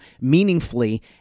meaningfully